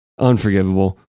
unforgivable